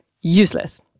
useless